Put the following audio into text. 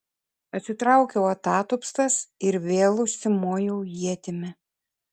atsitraukiau atatupstas ir vėl užsimojau ietimi